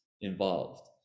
involved